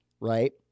right